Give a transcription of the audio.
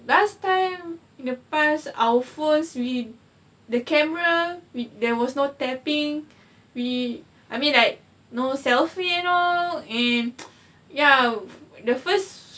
last time the past our phones with the camera with there was no tapping we I mean like no selfie you know in ya the first